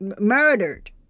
murdered